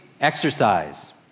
exercise